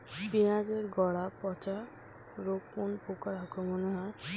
পিঁয়াজ এর গড়া পচা রোগ কোন পোকার আক্রমনে হয়?